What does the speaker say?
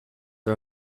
are